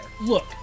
Look